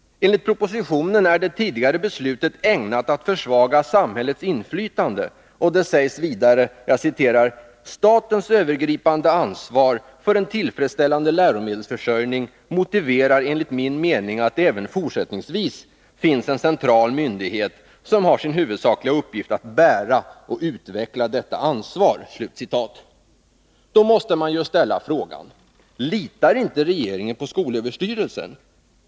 Enligt propositionen var det tidigare beslutet ägnat att försvaga samhällets inflytande, och det sägs vidare: ”Statens övergripande ansvar för en tillfredsställande läromedelsförsörjning motiverar enligt min mening att det även fortsättningsvis finns en central myndighet som har som huvudsaklig uppgift att bära och utveckla detta ansvar.” Då måste man ju ställa sig frågan: Litar inte regeringen på skolöverstyrelsen?